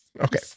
okay